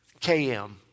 KM